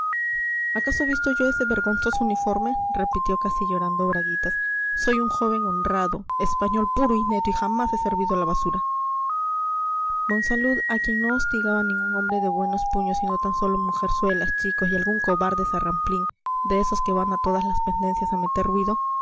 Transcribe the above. acaso visto yo ese vergonzoso uniforme repitió casi llorando braguitas soy un joven honrado español puro y neto y jamás he servido a la basura monsalud a quien no hostigaba ningún hombre de buenos puños sino tan sólo mujerzuelas chicos y algún cobarde zarramplín de esos que van a todas las pendencias a meter ruido